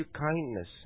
kindness